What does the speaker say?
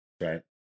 Right